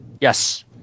Yes